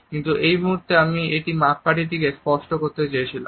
কিন্তু এই মুহূর্তে আমি এই মাপকাঠিটি স্পষ্ট করতে চেয়েছিলাম